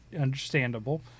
understandable